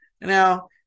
Now